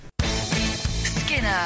Skinner